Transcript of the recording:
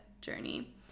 journey